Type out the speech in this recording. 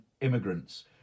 immigrants